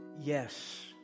yes